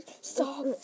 Stop